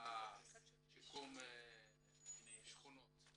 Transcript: של שיקום שכונות.